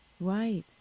Right